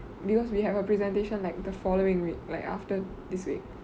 because we have a presentation like the following week like after this week